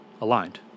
aligned